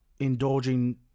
indulging